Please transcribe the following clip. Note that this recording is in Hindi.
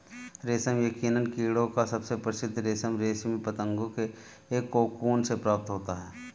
रेशम यकीनन कीड़ों का सबसे प्रसिद्ध रेशम रेशमी पतंगों के कोकून से प्राप्त होता है